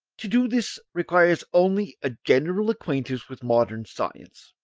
to do this requires only a general acquaintance with modern science,